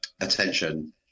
attention